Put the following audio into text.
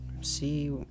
see